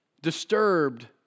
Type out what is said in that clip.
Disturbed